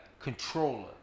controller